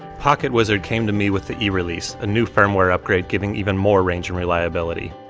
pocketwizard came to me with the e release a new firmware upgrade giving even more range and reliability.